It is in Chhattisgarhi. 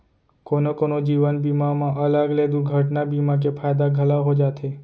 कोनो कोनो जीवन बीमा म अलग ले दुरघटना बीमा के फायदा घलौ हो जाथे